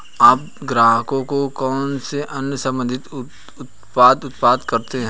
आप ग्राहकों को कौन से अन्य संबंधित उत्पाद प्रदान करते हैं?